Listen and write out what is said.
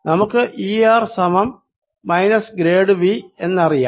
നമുക്ക് E r സമം minus grad V എന്നറിയാം